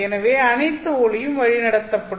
எனவே அனைத்து ஒளியும் பயத்திற்கு வழிநடத்தப்படும்